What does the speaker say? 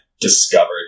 discovered